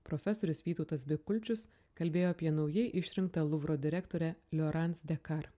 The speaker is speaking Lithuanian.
profesorius vytautas bikulčius kalbėjo apie naujai išrinktą luvro direktorę liorans dekar